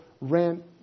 rent